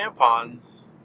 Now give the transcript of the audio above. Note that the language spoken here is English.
tampons